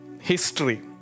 history